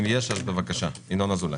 אם יש, בבקשה, ינון אזולאי.